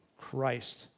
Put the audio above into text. Christ